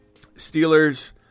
Steelers